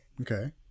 Okay